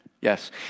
Yes